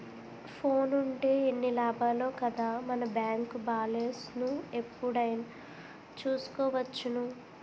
ఫోనుంటే ఎన్ని లాభాలో కదా మన బేంకు బాలెస్ను ఎప్పుడైనా చూసుకోవచ్చును